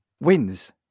wins